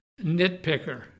nitpicker